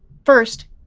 first,